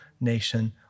nation